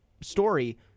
story